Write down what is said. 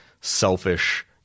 selfish